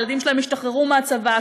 הילדים שלהם השתחררו מהצבא,